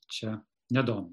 čia nedaug